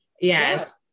yes